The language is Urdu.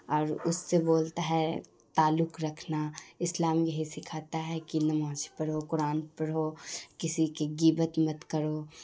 اور اس سے بولتا ہے تعلق رکھنا اسلام یہی سکھاتا ہے کہ نماز پڑھو قرآن پڑھو کسی کی غیبت مت کرو